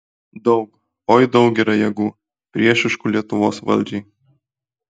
daug oi daug yra jėgų priešiškų lietuvos valdžiai